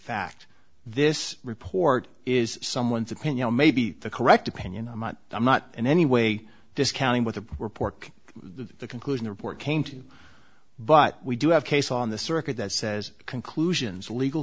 fact this report is someone's opinion maybe the correct opinion i'm not i'm not in any way discounting what the report the conclusion report came to but we do have case on the circuit that says conclusions legal